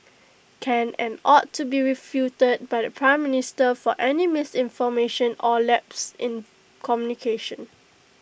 can and ought to be refuted by the Prime Minister for any misinformation or lapses in communication